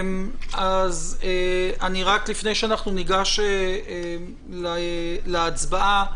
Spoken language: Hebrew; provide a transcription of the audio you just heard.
רק לפני שניגש להצבעה,